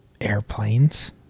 airplanes